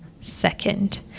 second